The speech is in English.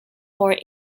more